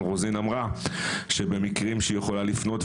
רוזין אמרה שבמקרים שהיא יכולה לפנות,